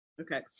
Okay